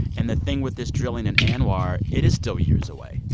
and the thing with this drilling in anwr it is still years away.